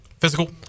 physical